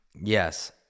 Yes